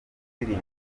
kamanzi